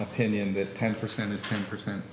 opinion that ten percent is ten percent